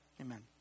Amen